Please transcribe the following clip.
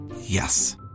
Yes